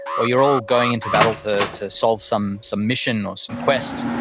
or you're all going into battle to to solve some some mission or some quest,